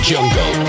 Jungle